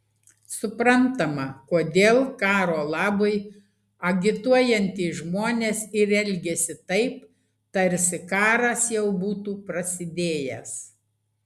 suprantama kodėl karo labui agituojantys žmonės ir elgiasi taip tarsi karas jau būtų prasidėjęs